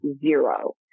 zero